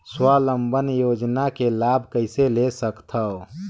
स्वावलंबन योजना के लाभ कइसे ले सकथव?